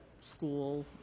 school